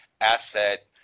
asset